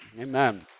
Amen